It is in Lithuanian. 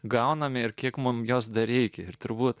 gauname ir kiek mums jos dar reikia ir turbūt